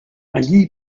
allí